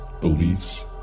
beliefs